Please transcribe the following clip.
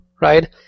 right